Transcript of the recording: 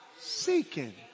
seeking